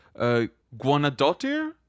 Guanadotir